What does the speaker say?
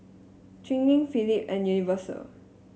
Twining Philip and Universal